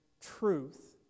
truth